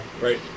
right